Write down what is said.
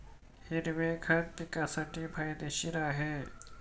हिरवे खत पिकासाठी फायदेशीर आहे